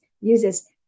uses